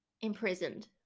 imprisoned